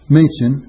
mention